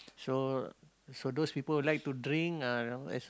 so so those people like to drink uh you know as